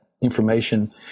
information